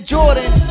Jordan